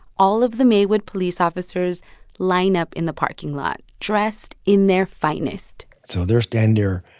all of the maywood police officers line up in the parking lot dressed in their finest so they're standing there.